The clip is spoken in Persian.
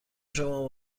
شما